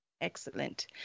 Excellent